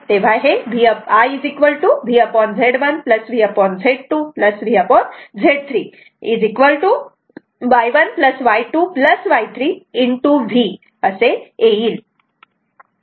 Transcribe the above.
तेव्हा हे I VZ1 VZ2 VZ3 Y1 Y2 Y3 V असे येईल